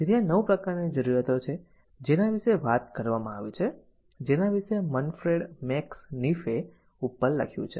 તેથી આ 9 પ્રકારની જરૂરિયાતો છે જેના વિશે વાત કરવામાં આવી છે જેના વિશે મેનફ્રેડ મેક્સ નીફે ઉપર લખ્યું છે